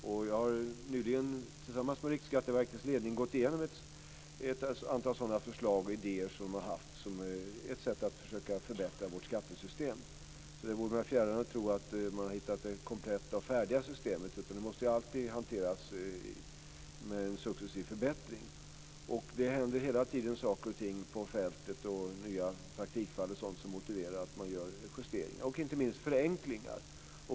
Jag har nyligen tillsammans med Riksskatteverkets ledning gått igenom ett antal sådana förslag och idéer som de har haft. Det är ett sätt att försöka förbättra vårt skattesystem. Det vore mig fjärran att tro att man har hittat det kompletta och färdiga systemet, utan det måste alltid successivt förbättras. Det händer hela tiden saker och ting på fältet, nya praktikfall och sådant som motiverar att man gör justeringar och inte minst förenklingar.